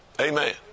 Amen